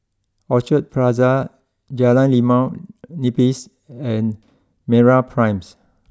Orchard Plaza Jalan Limau Nipis and MeraPrime